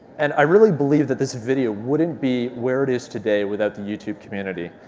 and i really believe that this video wouldn't be where it is today without the youtube community,